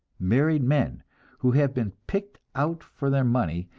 married men who have been picked out for their money,